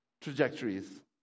trajectories